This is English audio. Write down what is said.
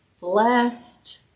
blessed